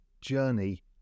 journey